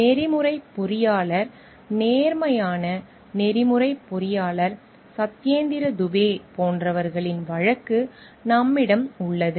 நெறிமுறைப் பொறியாளர் நேர்மையான நெறிமுறைப் பொறியாளர் சத்யேந்திர துபே போன்றவர்களின் வழக்கு நம்மிடம் உள்ளது